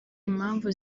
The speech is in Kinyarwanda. impamvu